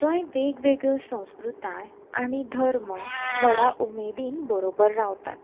जंय वेगवेगळ्यो संस्कृताय आनी धर्म व्हडा उमेदीन बरोबर रावतात